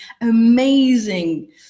amazing